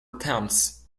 attempts